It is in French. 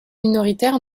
minoritaire